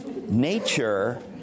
Nature